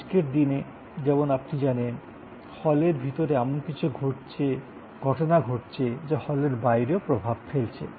আজকের দিনে যেমন আপনি জানেন হলের ভিতরে এমন কিছু ঘটনা ঘটেছে যা হলের বাইরে প্রভাব ফেলেছে